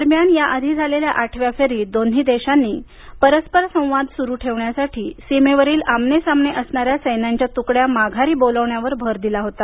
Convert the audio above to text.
दरम्यान या आधी झालेल्या आठव्या फेरीत दोन्ही देशांनी परस्पर संवाद सुरू ठेवण्यासाठी सीमेवरील आमने सामने असणाऱ्या सैन्यांच्या तुकड्या माघारी बोलावण्यावर भर दिला होता